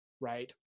right